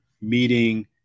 meeting